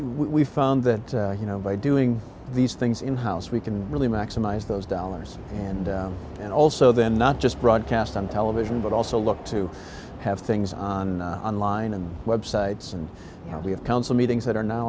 we found that you know by doing these things in house we can really maximize those dollars and and also then not just broadcast on television but also look to have things on on line and websites and now we have council meetings that are now